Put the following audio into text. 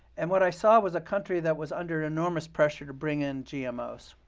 and what i saw was a country that was under enormous pressure to bring in gmos,